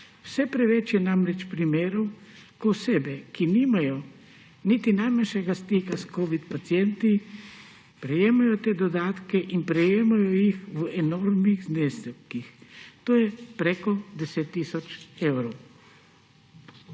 Vse preveč je namreč primerov, ko osebe, ki nimajo niti najmanjšega stika s covid pacienti, prejemajo te dodatke in prejemajo jih v enormnih zneskih, to je preko 10 tisoč evrov.